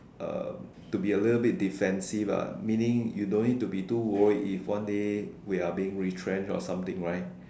um to be a little bit defensive ah meaning you don't need to be too worried if one day we are being retrenched or something right